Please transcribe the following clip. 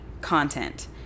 content